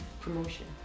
promotion